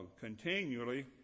continually